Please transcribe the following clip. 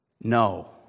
No